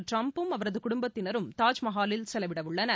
டிரம்ப்பும் அவரது குடும்பத்தினரும் தாஜ்மஹாலில் செலவிட உள்ளனர்